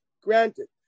Granted